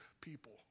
people